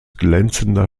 glänzender